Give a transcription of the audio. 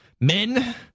men